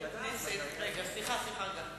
צריך לדעת מתי.